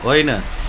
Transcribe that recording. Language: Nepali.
होइन